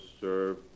serve